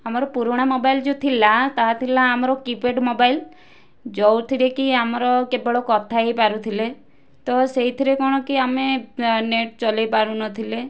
ଆମର ପୁରୁଣା ମୋବାଇଲ୍ ଯେଉଁ ଥିଲା ତାହା ଥିଲା ଆମର କିପ୍ୟାଡ଼ ମୋବାଇଲ୍ ଯେଉଁଥିରେ କି ଆମର କେବଳ କଥା ହୋଇ ପାରୁଥିଲେ ତ ସେଇଥିରେ କଣ କି ଆମେ ନେଟ୍ ଚଲେଇ ପାରୁନଥିଲେ